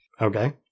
Okay